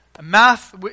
Math